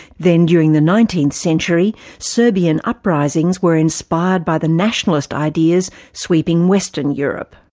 then during the nineteenth century, serbian uprisings were inspired by the nationalist ideas sweeping western europe.